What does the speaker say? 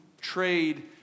trade